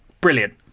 Brilliant